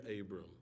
Abram